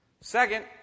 Second